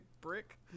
brick